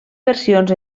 versions